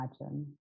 imagine